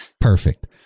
Perfect